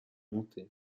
montée